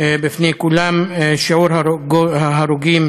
בפני כולם, ששיעור ההרוגים